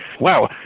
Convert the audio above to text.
wow